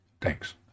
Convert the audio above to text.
thanks